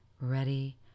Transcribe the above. ready